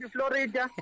Florida